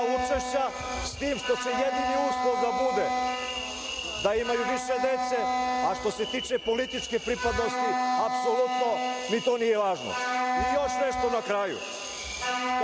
učešća, s tim što će jedini uslov da bude da imaju više dece, a što se tiče političke pripadnosti, apsolutno ni to nije važno. Još nešto na kraju.